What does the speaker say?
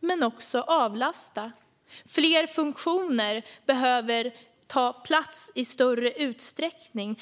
men vi behöver också se till att avlasta lärarna. Fler funktioner behöver ta plats i större utsträckning.